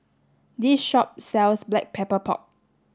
this shop sells black pepper pork